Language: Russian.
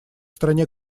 стране